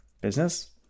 business